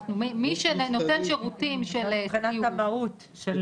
מי שנותן שירותים של סיעוד,